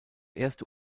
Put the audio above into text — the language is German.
erste